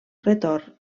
retorn